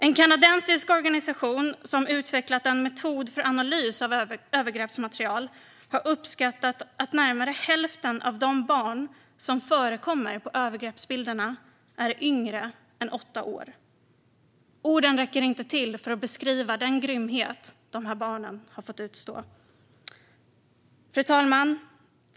En kanadensisk organisation, som utvecklat en metod för analys av övergreppsmaterial, har uppskattat att närmare hälften av de barn som förekommer på övergreppsbilderna är yngre än åtta år. Orden räcker inte till för att beskriva den grymhet som dessa barn har fått utstå. Fru talman!